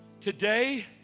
today